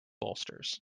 bolsters